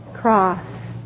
cross